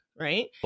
right